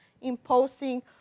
imposing